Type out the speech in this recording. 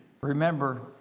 Remember